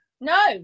No